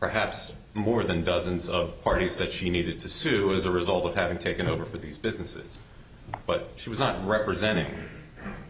perhaps more than dozens of parties that she needed to sue as a result of having taken over for these businesses but she was not representing